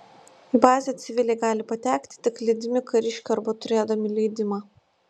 į bazę civiliai gali patekti tik lydimi kariškių arba turėdami leidimą